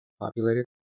populated